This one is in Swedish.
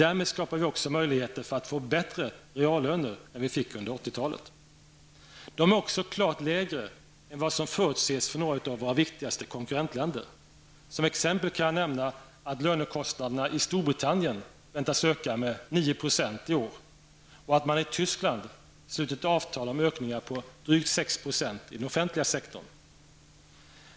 Därmed skapar vi också möjligheter att få bättre reallöner än vi fick under De är också klart lägre än vad som förutses för några av våra viktigaste konkurrentländer. Som exempel kan jag nämna att lönekostnaderna i Storbritannien väntas öka med 9 % i år och att man i Tyskland slutit avtal om ökningar på drygt 6 % i den offentliga sektorn.